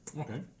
Okay